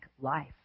life